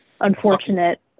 unfortunate